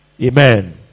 Amen